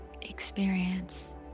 Experience